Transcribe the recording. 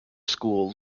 school